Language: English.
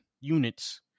units